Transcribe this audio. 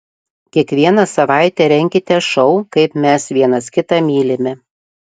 kiekvieną savaitę renkite šou kaip mes vienas kitą mylime